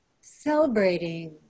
celebrating